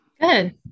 Good